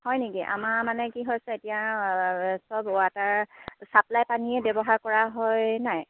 হয় নেকি আমাৰ মানে কি হৈছে এতিয়া চব ৱাটাৰ ছাপ্লাই পানীয়ে ব্যৱহাৰ কৰা হয় নাই